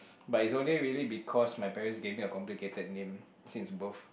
but it's only really because my parents gave me a complicated name since birth